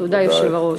תודה, היושב-ראש.